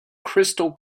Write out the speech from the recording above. crystal